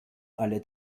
alle